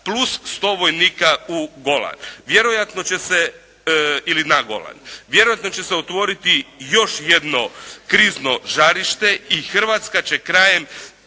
plus 100 vojnika u Golan, ili na Golan. Vjerojatno će se otvoriti još jedno krizno žarište i Hrvatska će krajem